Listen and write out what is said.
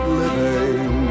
living